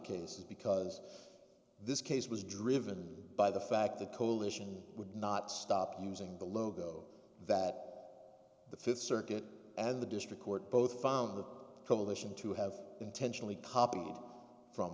case is because this case was driven by the fact the coalition would not stop using the logo that the fifth circuit and the district court both found the coalition to have intentionally copied from